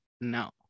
No